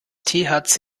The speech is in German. thc